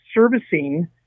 servicing